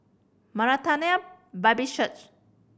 Maranatha Baptist Church